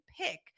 pick